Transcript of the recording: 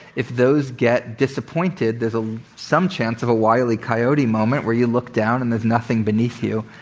if those get disappointed, there's ah some chance of a wile e. coyote moment where you look down and there's nothing beneath you,